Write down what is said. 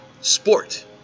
sport